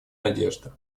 надежда